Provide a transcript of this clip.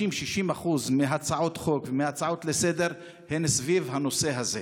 50%-60% מההצעות החוק ומההצעות לסדר-היום הן סביב הנושא הזה,